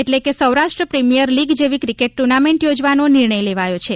એટલે કે Saurashtra premier league જેવી ક્રિકેટ ટુર્નામેન્ટ યોજવાનો નિર્ણય લેવાયો છે